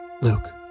Luke